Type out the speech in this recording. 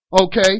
Okay